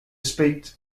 speak